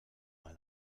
mal